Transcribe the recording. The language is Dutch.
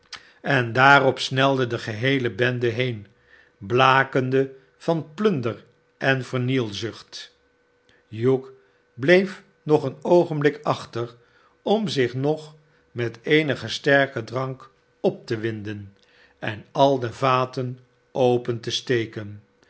en daarop snelde de geheele bende heen blakende van plunder en vernielzucht hugh bleef nog een oogenblik achter om zich nog met eenigen sterken drank op te winden en al de vaten open te steken